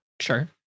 Sure